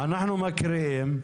אנחנו מקריאים.